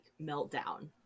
meltdown